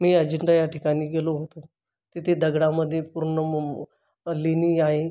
मी अजिंठा या ठिकाणी गेलो होतो तिथे दगडामध्ये पूर्ण मोमो लेणी आहे